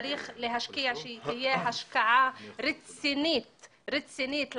כי צריך להשקיע ושתהיה השקעה רצינית כדי